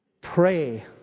Pray